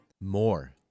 More